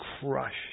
crushed